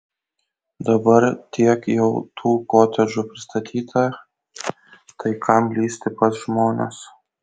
dabar tiek jau tų kotedžų pristatyta tai kam lįsti pas žmones